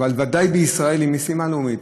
אבל ודאי בישראל היא משימה לאומית.